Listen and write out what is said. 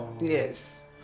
Yes